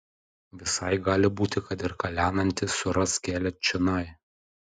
visai gali būti kad ir kalenantis suras kelią čionai